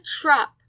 trap